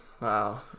wow